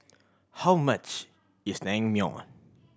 how much is Naengmyeon